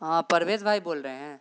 ہاں پرویز بھائی بول رہے ہیں